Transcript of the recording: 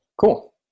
Cool